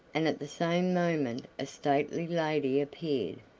and at the same moment a stately lady appeared,